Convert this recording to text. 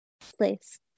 Place